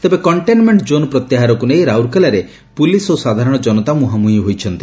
ତେବେ କଣ୍ଣେନ୍ମେଣ୍ କୋନ୍ ପ୍ରତ୍ୟାହାରକ ନେଇ ରାଉରକେଲାରେ ପୁଲିସ୍ ଓ ସାଧାରଣ ଜନତା ମୁହାଁମୁହିଁ ହୋଇଛନ୍ତି